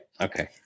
Okay